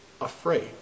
afraid